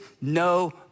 no